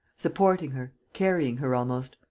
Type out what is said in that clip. supporting her, carrying her almost.